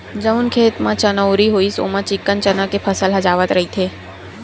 जउन खेत म चनउरी होइस ओमा चिक्कन चना के फसल ह जावत रहिथे